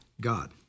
God